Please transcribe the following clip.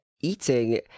eating